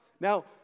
Now